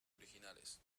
originales